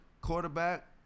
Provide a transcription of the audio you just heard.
quarterback